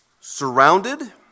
Surrounded